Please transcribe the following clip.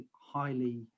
highly